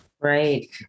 Right